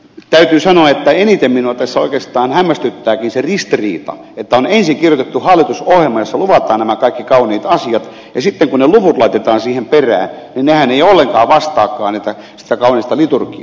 täytyy sanoa että eniten minua tässä oikeastaan hämmästyttääkin se ristiriita että on ensin kirjoitettu hallitusohjelma jossa luvataan kaikki nämä kauniit asiat ja sitten kun ne luvut laitetaan siihen perään nehän eivät ollenkaan vastaakaan sitä kaunista liturgiaa